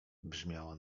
brzmiała